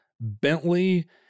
Bentley